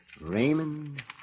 Raymond